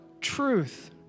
truth